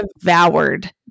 devoured